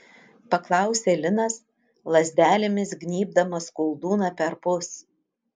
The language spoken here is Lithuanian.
paklausė linas lazdelėmis gnybdamas koldūną perpus